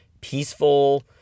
peaceful